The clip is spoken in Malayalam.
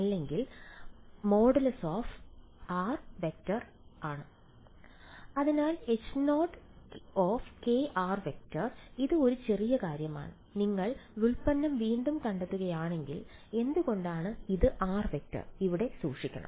അല്ലെങ്കിൽ |r→| അതിനാൽ H0k|r→| ഇത് ഒരു ചെറിയ കാര്യമാണ് നിങ്ങൾ വ്യുൽപ്പന്നം വീണ്ടും കണ്ടെത്തുകയാണെങ്കിൽ എന്തുകൊണ്ടാണ് ഇത് |r→| ഇവിടെ സൂക്ഷിക്കണം